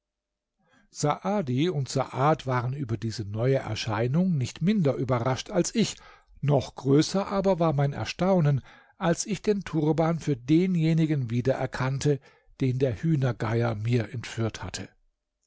und saad waren über diese neue erscheinung nicht minder überrascht als ich noch größer aber war mein erstaunen als ich den turban für denjenigen wiedererkannte den der hühnergeier mir entführt hatte